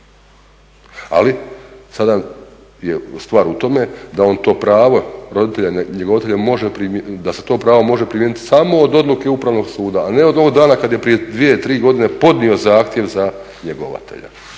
Ali, sada je stvar u tome da on to pravo roditelja njegovatelja može primijeniti samo od odluke Upravnog suda, a ne od onog dana kad je prije dvije, tri godine podnio zahtjev za njegovatelja.